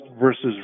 versus